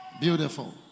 beautiful